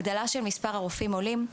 הגדלה של מספר רופאים עולים.